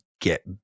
get